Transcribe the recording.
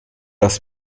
das